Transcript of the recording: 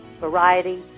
Variety